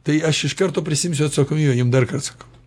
tai aš iš karto prisiimsiuatsakomybę jum dar kart sakau